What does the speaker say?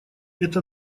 это